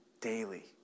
daily